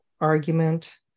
argument